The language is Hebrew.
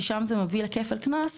שם זה מביא לכפל קנס,